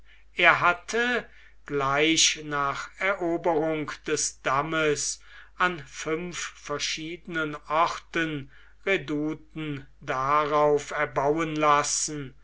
er hatte gleich nach eroberung des dammes an fünf verschiedenen orten redouten darauf erbauen lassen